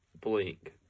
blink